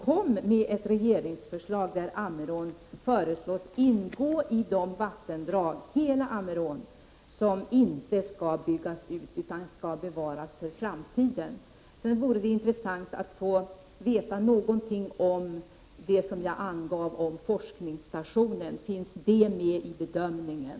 Kom med ett regeringsförslag där hela Ammerån föreslås ingå i de vattendrag som inte skall byggas ut utan bevaras för framtiden! Det vore också intressant att få veta någonting om det jag sade om forskningsstationen. Finns det med i bedömningen?